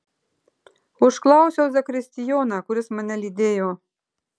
užklausiau zakristijoną kuris mane lydėjo